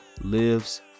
lives